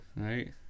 Right